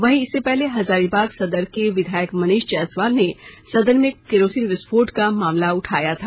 वहीं इससे पहले हजारीबाग सदर के विधायक मनीष जायसवाल ने सदन में केरोसिन विस्फोट का मामला उठाया था